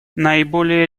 наиболее